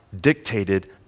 dictated